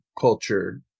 culture